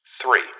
Three